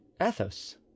athos